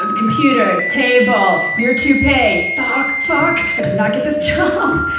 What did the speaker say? ah computer! table! your toupee! fuck, fuck! i did not get this job!